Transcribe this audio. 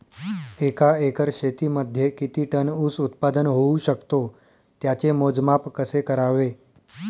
एका एकर शेतीमध्ये किती टन ऊस उत्पादन होऊ शकतो? त्याचे मोजमाप कसे करावे?